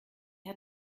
hat